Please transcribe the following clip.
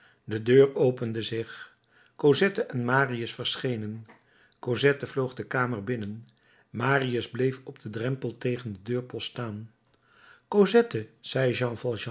de deur opende zich cosette en marius verschenen cosette vloog de kamer binnen marius bleef op den drempel tegen den deurpost staan cosette zei